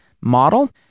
model